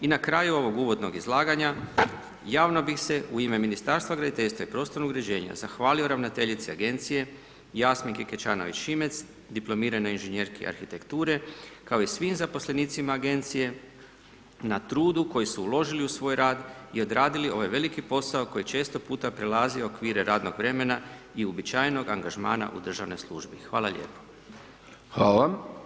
I na kraju ovog uvodnog izlaganja, javno bih se, u ime Ministarstva graditeljstva i prostornog uređenja zahvalio ravnateljici Agencije Jasminki Kečanović Šimec, dipl. ing. arh., kao i svim zaposlenicima Agencije na trudu koji su uložili u svoj rad i odradili ovaj veliki posao koji često puta prelazi okvire radnog vremena i uobičajenog angažmana u državnoj službi.